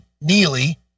Neely